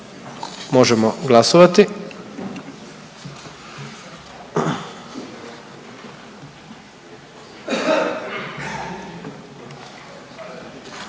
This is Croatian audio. idemo glasovati